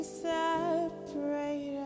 separate